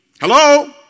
Hello